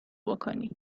بکنی